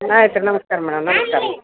ಆಯ್ತು ರೀ ನಮ್ಸ್ಕಾರ ಮೇಡಮ್ ನಮ್ಸ್ಕಾರ ರೀ